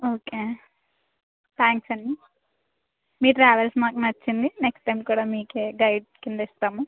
okay thanks అండి మీ travels మాకు నచ్చింది నెక్స్ట్ టైం కూడా మీకే గైడ్ కింద ఇస్తాము